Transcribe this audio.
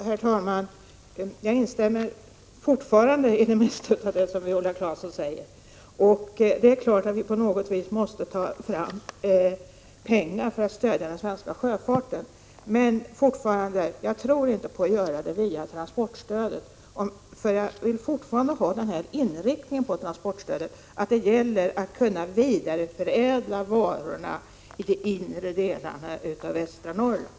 Herr talman! Jag instämmer fortfarande i det mesta av vad Viola Claesson säger. Det är klart att vi på något vis måste ta fram pengar för att stödja den svenska sjöfarten. Men jag tror fortfarande inte på att göra det via transportstödet. Jag vill ha kvar inriktningen på transportstödet att det gäller att kunna vidareförädla varorna i de inre delarna av västra Norrland.